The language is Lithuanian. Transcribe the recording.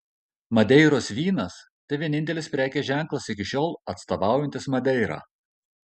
madeiros vynas tai vienintelis prekės ženklas iki šiol atstovaujantis madeirą